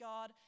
God